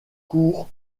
court